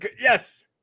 Yes